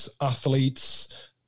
athletes